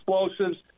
explosives